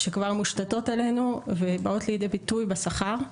שכבר מושתתות עלינו ובאות לידי ביטוי בשכר,